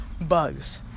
bugs